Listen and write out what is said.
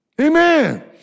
Amen